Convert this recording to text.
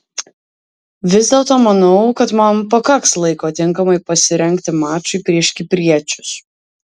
vis dėlto manau kad man pakaks laiko tinkamai pasirengti mačui prieš kipriečius